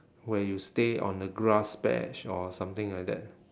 where you stay on the grass patch or something like that